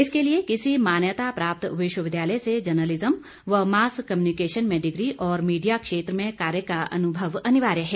इसके लिए किसी मान्यता प्राप्त विश्वविद्यालय से जर्नलिज्म व मास कम्युनिकेशन में डिग्री और मीडिया क्षेत्र में कार्य का अनुभव अनिवार्य है